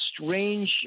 strange